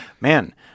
Man